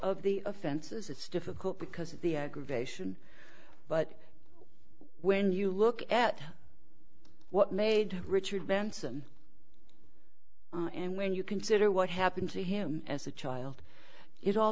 of the offenses it's difficult because of the vacation but when you look at what made richard branson and when you consider what happened to him as a child it all